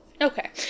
Okay